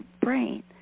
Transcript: brain